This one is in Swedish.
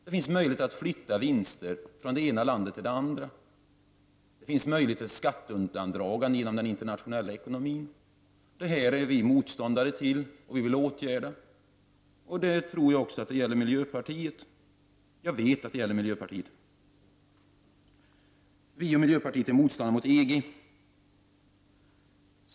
Det är möjligt att flytta vinster från det ena landet till det andra. Det finns möjligheter till skatteundandragande inom den internationella ekonomin. Detta är vi motståndare till och vill åtgärda. Jag vet att det gäller även miljöpartiet. Vi och miljöpartiet är motståndare till EG.